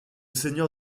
seigneur